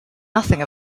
nothing